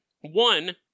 One